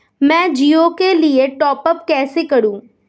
मैं जिओ के लिए टॉप अप कैसे करूँ?